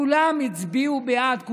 כולם הצביעו בעד.